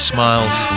Smiles